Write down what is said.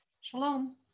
shalom